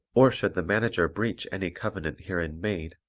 or should the manager breach any covenant herein made,